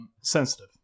Sensitive